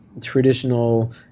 traditional